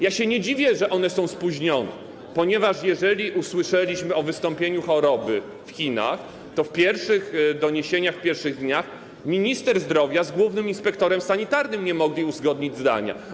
Ja się nie dziwię, że one są spóźnione, ponieważ kiedy usłyszeliśmy o wystąpieniu choroby w Chinach, to w pierwszych doniesieniach, w pierwszych dniach minister zdrowia z głównym inspektorem sanitarnym nie mogli uzgodnić zdania.